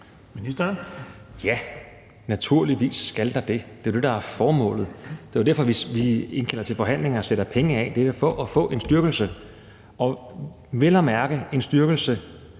Ja, naturligvis skal der det. Det er jo det, der er formålet, og det er derfor, vi indkalder til forhandlinger og sætter penge af. Det er jo for at få en styrkelse, og vel at mærke en styrkelse,